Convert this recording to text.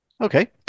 Okay